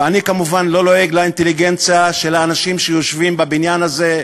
ואני כמובן לא לועג לאינטליגנציה של האנשים שיושבים בבניין הזה.